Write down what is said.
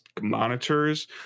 monitors